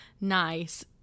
nice